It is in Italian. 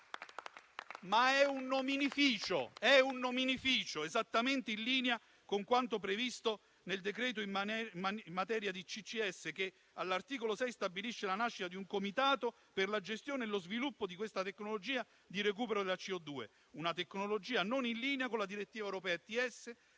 Ma è un nominificio, esattamente in linea con quanto previsto nel decreto in materia di CCS. All'articolo 6, si stabilisce la nascita di un Comitato per la gestione e lo sviluppo di questa tecnologia di recupero della CO2, una tecnologia non in linea con la direttiva europea ATS